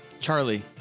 Charlie